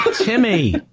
Timmy